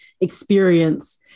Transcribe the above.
experience